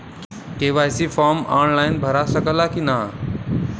KYC form online भरा सकला की ना?